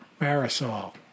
Marisol